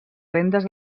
rendes